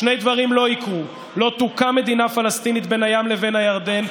שני דברים לא יקרו: לא תוקם מדינה פלסטינית בין הים לבין הירדן,